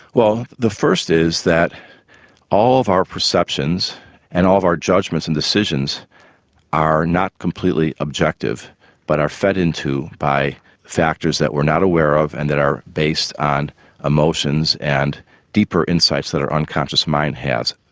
well the first is that all of our perceptions and all of our judgements and decisions are not completely objective but are fed into by factors that we're not aware of and are based on emotions and deeper insights that our unconscious mind has.